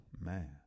Man